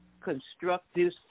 Constructive